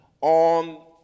on